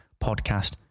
podcast